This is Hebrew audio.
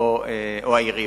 או העיריות.